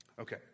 Okay